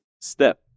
step